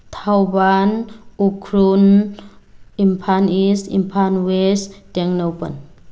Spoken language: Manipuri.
Thoubal Ukhrul Imphal east Imphal west Tengnoupal